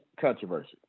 controversy